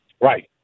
right